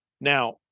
Now